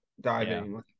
diving